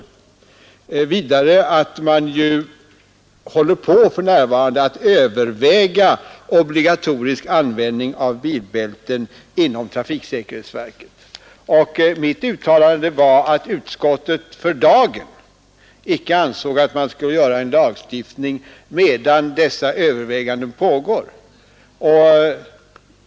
Vidare redovisar vi att man inom trafiksäkerhetsverket för närvarande håller på att överväga obligatorisk användning av bilbälten. Mitt uttalande gick ut på att utskottet för dagen icke anser att man bör införa en lagstiftning, medan dessa överväganden pågår.